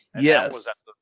Yes